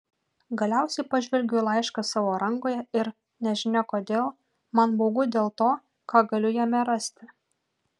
galiausiai pažvelgiu į laišką savo rankoje ir nežinia kodėl man baugu dėl to ką galiu jame rasti